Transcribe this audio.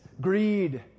greed